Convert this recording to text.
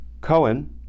Cohen